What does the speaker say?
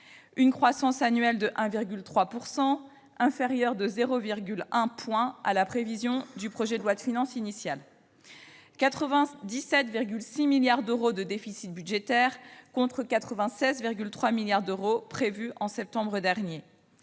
Une croissance annuelle de 1,3 %, inférieure de 0,1 point à la prévision du projet de loi de finances initial, 97,6 milliards d'euros de déficit budgétaire, contre 96,3 milliards d'euros prévus en septembre dernier,